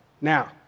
Now